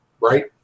Right